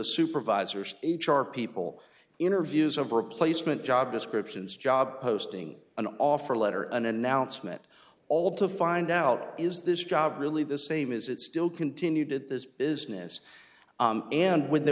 supervisors h r people interviews of replacement job descriptions job posting an offer letter an announcement all to find out is this job really the same is it still continued this is pnas and when there